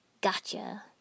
Gotcha